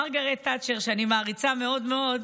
מרגרט תאצ'ר, שאני מעריצה מאוד מאוד,